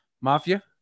mafia